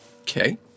Okay